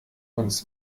uns